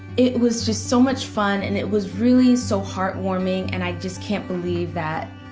it was just so much fun. and it was really so heartwarming and i just can't believe that